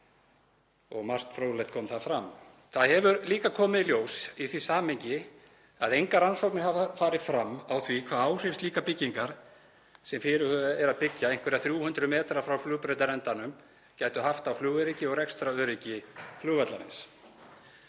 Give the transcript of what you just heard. Margt fróðlegt kom þar fram. Það hefur líka komið í ljós í því samhengi að engar rannsóknir hafa farið fram á því hvaða áhrif slíkar byggingar, sem fyrirhugað er að byggja einhverja 300 m frá flugbrautarendanum, gætu haft á flugöryggi og rekstraröryggi flugvallarins.